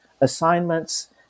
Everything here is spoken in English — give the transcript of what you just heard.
assignments